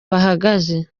bahageze